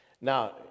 Now